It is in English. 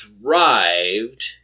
thrived